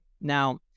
Now